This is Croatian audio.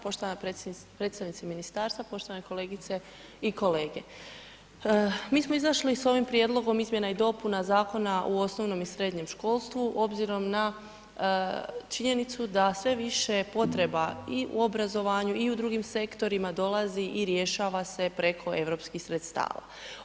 Poštovana predstavnice ministarstva, poštovane kolegice i kolege, mi smo izašli s ovim prijedlogom izmjena i dopuna Zakona u osnovnom i srednjem školstvu obzirom na činjenicu da sve više potreba i u obrazovanju i u drugim sektorima dolazi i rješava se preko europskih sredstava.